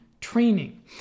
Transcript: training